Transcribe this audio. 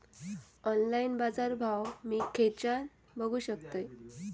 Online बाजारभाव मी खेच्यान बघू शकतय?